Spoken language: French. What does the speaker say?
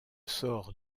sort